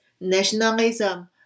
nationalism